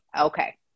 Okay